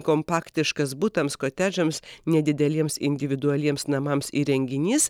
kompaktiškas butams kotedžams nedideliems individualiems namams įrenginys